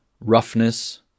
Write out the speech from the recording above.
roughness